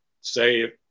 say